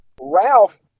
Ralph